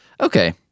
Okay